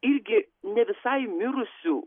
irgi ne visai mirusių